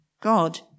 God